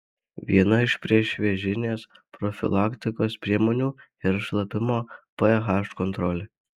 viena iš priešvėžinės profilaktikos priemonių yra šlapimo ph kontrolė